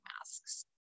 masks